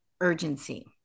urgency